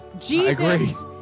Jesus